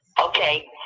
Okay